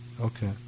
Okay